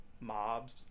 mobs